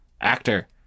actor